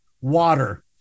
water